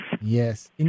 Yes